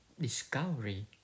discovery